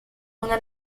una